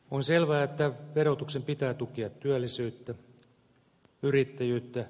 on selvää että verotuksen pitää tukea työllisyyttä yrittäjyyttä